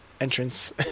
entrance